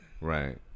Right